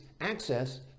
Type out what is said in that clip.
access